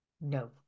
No